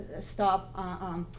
stop